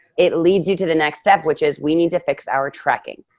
it leads you to the next step, which is we need to fix our tracking.